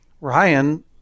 Ryan